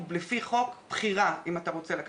כל מודל התקצוב של הגנים לא מכסה את עלויות ההפעלה.